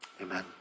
Amen